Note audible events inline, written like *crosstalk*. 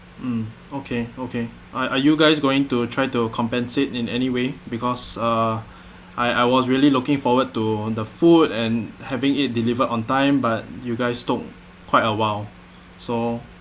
mm okay okay are are you guys going to try to compensate in anyway because uh *breath* I I was really looking forward to the food and having it delivered on time but you guys took quite a while so